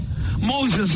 Moses